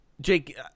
Jake